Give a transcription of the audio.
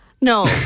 No